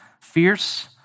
fierce